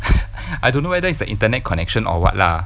I don't know whether it's the internet connection or what lah